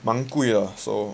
蛮贵 ah so